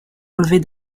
enlever